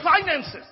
finances